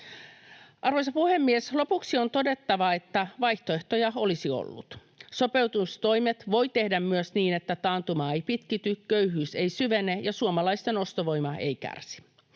Arvoisa puhemies! Lopuksi on todettava, että vaihtoehtoja olisi ollut. Sopeutustoimet voi tehdä myös niin, että taantuma ei pitkity, köyhyys ei syvene ja suomalaisten ostovoima ei kärsi.